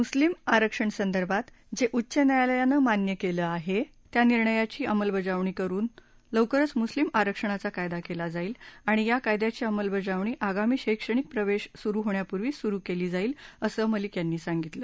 मुस्लिम आरक्षणासंदर्भात जे उच्च न्यायालयानं मान्य केलं आहे त्या निर्णयाची अंमलबजावणी करून लवकरच मुस्लिम आरक्षणाचा कायदा केला जाईल आणि या कायद्याची अंमलबजावणी आगामी शैक्षणिक प्रवेश सुरू होण्यापूर्वी सुरू केली जाईल असं मलिक यांनी सांगितलं